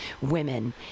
women